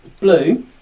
Blue